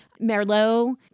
Merlot